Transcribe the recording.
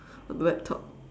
on the laptop